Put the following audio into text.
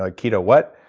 ah keto what?